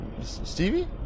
stevie